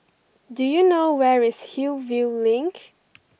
do you know where is Hillview Link